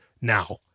now